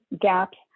gaps